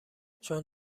چون